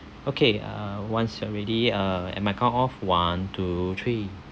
okay uh once you're already uh and my count off one two three